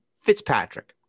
Fitzpatrick